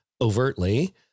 overtly